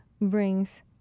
brings